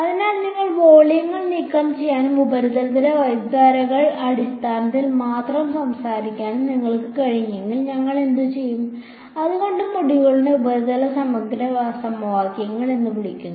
അതിനാൽ നിങ്ങൾക്ക് വോള്യങ്ങൾ നീക്കം ചെയ്യാനും ഉപരിതലത്തിലെ വൈദ്യുതധാരകളുടെ അടിസ്ഥാനത്തിൽ മാത്രം സംസാരിക്കാനും നിങ്ങൾക്ക് കഴിഞ്ഞെങ്കിൽ ഞങ്ങൾ എന്തുചെയ്യും അതുകൊണ്ടാണ് മൊഡ്യൂളിനെ ഉപരിതല സമഗ്ര സമവാക്യങ്ങൾ എന്ന് വിളിക്കുന്നത്